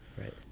right